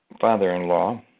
father-in-law